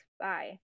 Bye